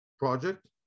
project